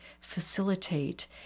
facilitate